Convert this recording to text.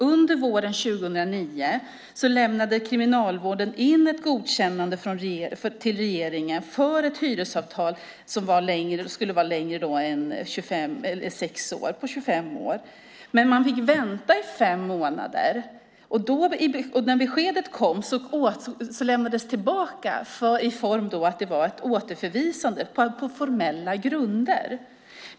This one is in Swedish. Under våren 2009 lämnade Kriminalvården in ett godkännande till regeringen för ett hyresavtal som skulle vara längre än sex år; det var på 25 år. Man fick vänta i fem månader, och när beskedet kom lämnades det tillbaka i form av ett återförvisande på formella grunder.